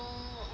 one